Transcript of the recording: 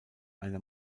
einer